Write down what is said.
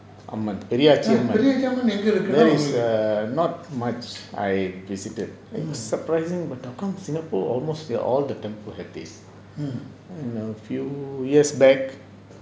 Periyachi அம்மன்:periyaachi amman there is not much I visited it was surprising how come singapore almost all the temple have these and a few years back